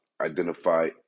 identify